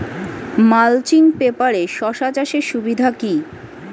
Mulching পেপারে শসা চাষের সুবিধা কি?